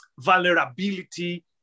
vulnerability